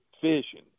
fishing